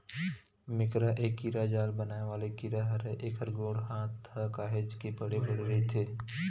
मेकरा ए कीरा जाल बनाय वाले कीरा हरय, एखर गोड़ हात ह काहेच के बड़े बड़े रहिथे